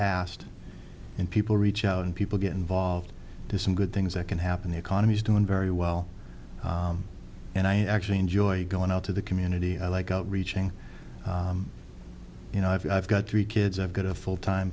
asked and people reach out and people get involved to some good things that can happen the economy's doing very well and i actually enjoy going out to the community i like out reaching you know i've got three kids i've got a full time